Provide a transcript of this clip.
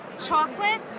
chocolate